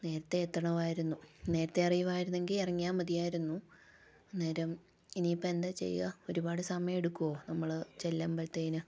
നേരത്തെ എത്തണമായിരുന്നു നേരത്തെ അറിയുമായിരുന്നെങ്കിൽ ഇറങ്ങിയാൽ മതിയായിരുന്നു അന്നേരം ഇനിയിപ്പോൾ എന്താ ചെയ്യാ ഒരുപാട് സമയമെടുക്കോ നമ്മൾ ചെല്ലുമ്പോഴ്ത്തേനും